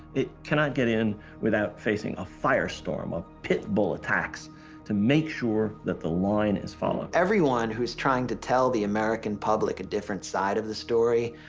it cannot get in without facing a firestorm of pit-bull attacks to make sure that the line is followed. everyone whois trying to tell the american public a different side of the story,